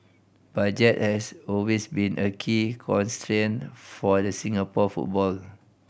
budget has always been a key constraint for the Singapore football